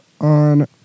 On